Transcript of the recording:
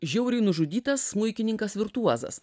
žiauriai nužudytas smuikininkas virtuozas